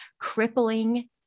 crippling